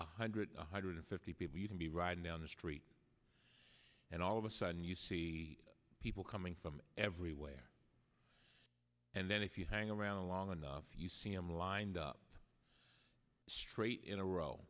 one hundred one hundred fifty people you can be riding down the street and all of a sudden you see people coming from everywhere and then if you hang around long enough you see them lined up straight in a row